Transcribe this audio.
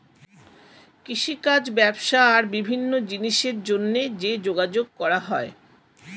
কৃষিকাজ, ব্যবসা আর বিভিন্ন জিনিসের জন্যে যে যোগাযোগ করা হয়